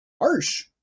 harsh